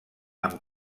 amb